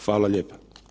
Hvala lijepo.